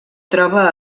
troba